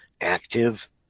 active